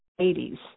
80s